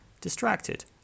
distracted